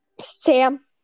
Sam